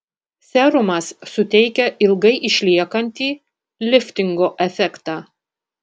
serumas suteikia ilgai išliekantį liftingo efektą